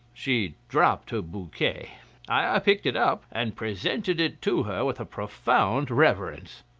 she dropped her bouquet i picked it up, and presented it to her with a profound reverence.